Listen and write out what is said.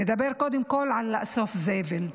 נדבר, קודם כול על לאסוף זבל.